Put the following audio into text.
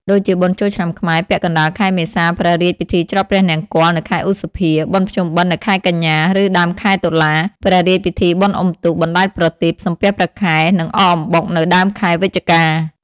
ដូចជាបុណ្យចូលឆ្នាំខ្មែរ ពាក់កណ្ដាលខែមេសា ព្រះរាជពិធីច្រត់ព្រះនង្គ័ល នៅខែឧសភា បុណ្យភ្ជុំបិណ្ឌ នៅខែកញ្ញា ឬដើមខែតុលា ព្រះរាជពិធីបុណ្យអុំទូក បណ្ដែតប្រទីប សំពះព្រះខែ និងអកអំបុក នៅដើមខែវិច្ឆិកា។